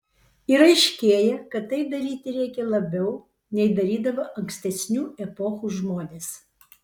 ir aiškėja kad tai daryti reikia labiau nei darydavo ankstesnių epochų žmonės